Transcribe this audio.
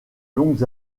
longues